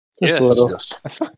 yes